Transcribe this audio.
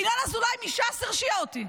ינון אזולאי מש"ס הרשיע אותי.